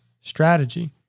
strategy